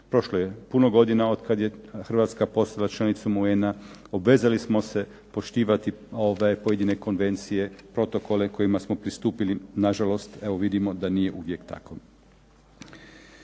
Prošlo je puno godina od kada je Hrvatska postala članicom UN-a, obvezali smo se poštivati pojedine konvencije, protokole kojima smo pristupili. Nažalost, evo vidimo da nije uvijek tako.